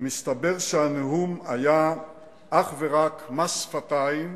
מסתבר שהנאום היה אך ורק מס שפתיים